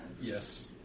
Yes